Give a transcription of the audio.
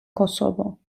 kosovo